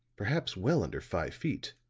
perhaps well under five feet,